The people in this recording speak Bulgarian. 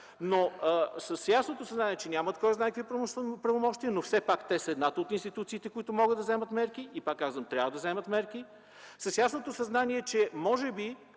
съм с ясното съзнание, те нямат кой знае какви правомощия, но все пак са едната от институциите, които могат да вземат мерки, и пак казвам: трябва да вземат мерки, с ясното съзнание, че може би